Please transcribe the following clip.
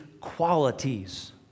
qualities